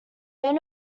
own